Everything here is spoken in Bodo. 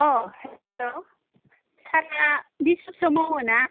औ हेल' सारआ डि सि अफिसआव मावोना